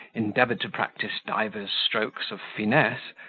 endeavoured to practise divers strokes of finesse,